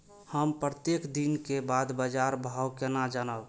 हम प्रत्येक दिन के बाद बाजार भाव केना जानब?